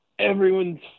Everyone's